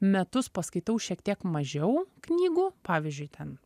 metus paskaitau šiek tiek mažiau knygų pavyzdžiui ten